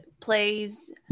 plays